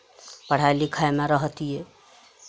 पढ़ाइ लिखाइमे रहितियै